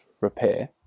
repair